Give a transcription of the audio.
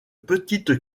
petite